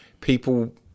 people